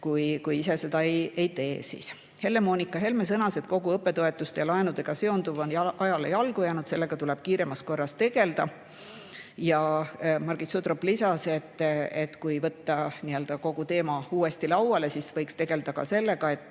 ei tule, tuleb ise teha. Helle-Moonika Helme sõnas, et kogu õppetoetuste ja ‑laenudega seonduv on ajale jalgu jäänud. Sellega tuleb kiiremas korras tegeleda. Margit Sutrop märkis, et kui võtta nii-öelda kogu teema uuesti lauale, siis võiks tegelda ka sellega, et